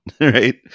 right